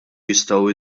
jistgħu